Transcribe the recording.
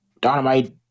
Dynamite